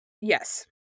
Yes